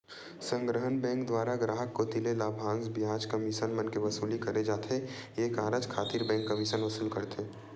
संग्रहन बेंक दुवारा गराहक कोती ले लाभांस, बियाज, कमीसन मन के वसूली करे जाथे ये कारज खातिर बेंक कमीसन वसूल करथे